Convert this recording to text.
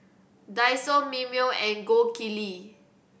Daiso Mimeo and Gold Kili